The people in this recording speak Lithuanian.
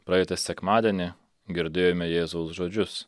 praeitą sekmadienį girdėjome jėzaus žodžius